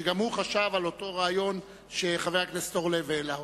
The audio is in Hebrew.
שגם הוא חשב על אותו רעיון שחבר הכנסת אורלב העלה אותו.